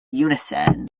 unison